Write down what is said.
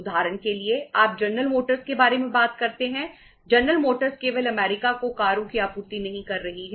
उदाहरण के लिए आप जनरल मोटर्स केवल अमेरिका को कारों की आपूर्ति नहीं कर रही है